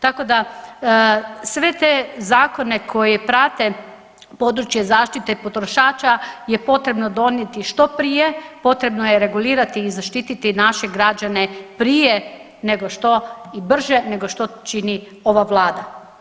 Tako da, sve te zakone koji prate područje zaštite potrošača je potrebno donijeti što prije, potrebno je regulirati i zaštititi naše građane prije nego što i brže nego što čini ova Vlada.